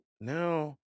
now